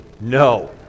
No